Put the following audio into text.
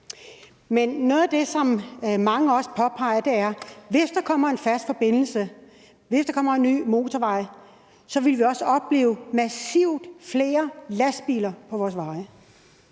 Noget af det, som mange påpeger, er, at hvis der kommer en fast forbindelse, hvis der kommer en ny motorvej, vil vi også opleve massivt flere lastbiler på vores veje.